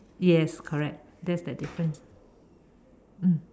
yes correct that's the difference mm